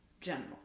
general